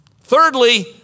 Thirdly